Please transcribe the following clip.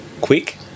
quick